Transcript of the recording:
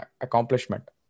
accomplishment